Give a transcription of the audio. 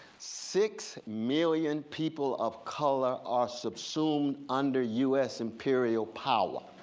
six million people of color are subsumed under us imperial power.